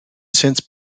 since